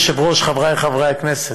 אדוני היושב-ראש, חברי חברי הכנסת,